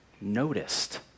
noticed